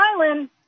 Island